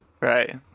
Right